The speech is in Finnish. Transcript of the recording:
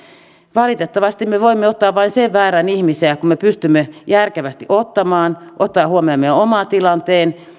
valitettavasti me voimme ottaa vain sen määrän ihmisiä kuin me pystymme järkevästi ottamaan ottaen huomion meidän oman tilanteen